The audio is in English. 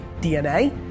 DNA